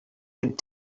could